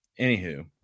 Anywho